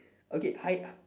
okay hy~